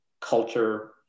culture